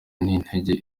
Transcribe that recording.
n’intebe